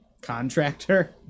contractor